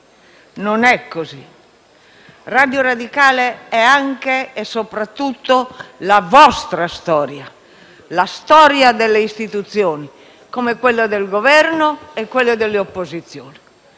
Non è così; Radio Radicale è anche e soprattutto la vostra storia, la storia delle istituzioni, come quella del Governo e delle opposizioni.